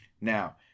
Now